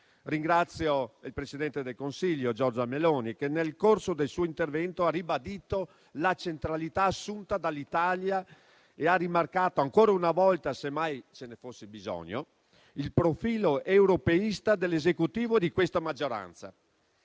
Ringrazio il presidente del Consiglio, Giorgia Meloni, che nel corso del suo intervento ha ribadito la centralità assunta dall'Italia e ha rimarcato ancora una volta - semmai ce ne fosse bisogno - il profilo europeista dell'Esecutivo di questa maggioranza.